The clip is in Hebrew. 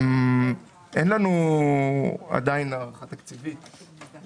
אין לנו עדיין הערכה תקציבית.